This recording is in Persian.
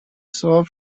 صاحب